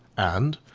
and,